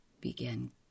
began